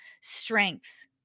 strength